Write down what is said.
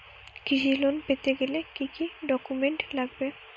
কৃষি লোন পেতে গেলে কি কি ডকুমেন্ট লাগবে?